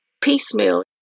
piecemeal